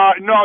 No